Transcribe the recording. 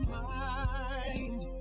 mind